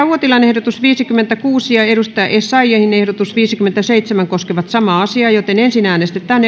uotilan ehdotus viisikymmentäkuusi ja sari essayahin ehdotus viisikymmentäseitsemän koskevat samaa määrärahaa ensin äänestetään